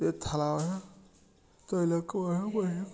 এ থালাবাসন তৈলাক্ত বাসন